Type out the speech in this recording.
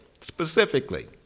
specifically